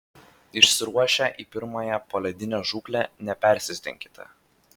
išsiruošę į pirmąją poledinę žūklę nepersistenkite